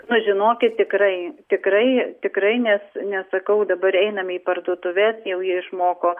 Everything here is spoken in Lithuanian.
nu žinokit tikrai tikrai tikrai nes nes sakau dabar einam į parduotuves jau jie išmoko